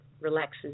relaxes